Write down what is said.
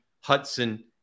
Hudson